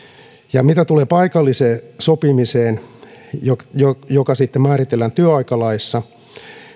mitä tulee paikalliseen sopimiseen mistä sitten määritellään työaikalaissa